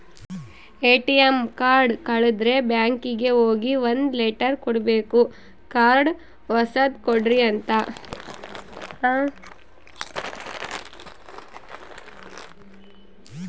ATM card ಕಳುದ್ರೆ ಬ್ಯಾಂಕಿಗೆ ಹೋಗಿ ಒಂದ್ ಲೆಟರ್ ಕೊಡ್ಬೇಕು ಕಾರ್ಡ್ ಹೊಸದ ಕೊಡ್ರಿ ಅಂತ